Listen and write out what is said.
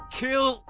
kill